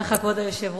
תודה לך, כבוד היושב-ראש.